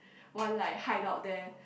one like hideout there